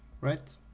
right